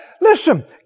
Listen